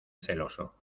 celoso